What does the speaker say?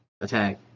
attack